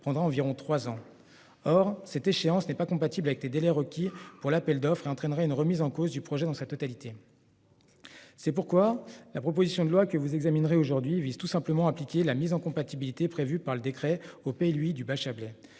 prendra environ 3 ans. Or cette échéance n'est pas compatible avec les délais requis pour l'appel d'offre et entraînerait une remise en cause du projet dans sa totalité. C'est pourquoi la proposition de loi que vous examinerait aujourd'hui vise tout simplement appliquer la mise en compatibilité prévue par le décret au pays lui du Bachabélé.